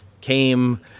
came